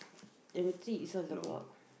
number three is all about